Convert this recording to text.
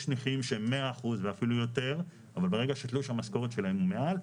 יש נכים שהם 100% ואפילו יותר אבל ברגע שתלוש המשכורת שלהם הוא מעל,